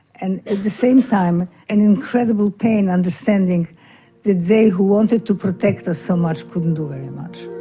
and at the same time an incredible pain understanding that they who wanted to protect us so much couldn't do very much.